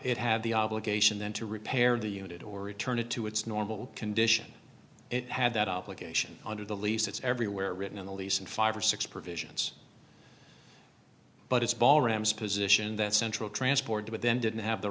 it had the obligation then to repair the unit or return it to its normal condition it had that obligation under the lease it's everywhere written in the lease and five or six provisions but it's ballrooms position that central transport but then didn't have the